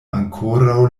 ankoraŭ